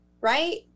right